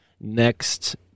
next